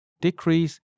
decrease